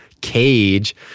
cage